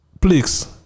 please